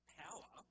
power